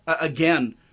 again